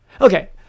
okay